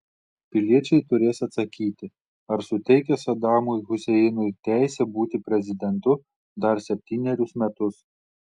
piliečiai turės atsakyti ar suteikia sadamui huseinui teisę būti prezidentu dar septynerius metus